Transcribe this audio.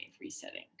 resetting